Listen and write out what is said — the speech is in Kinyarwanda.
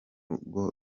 rugo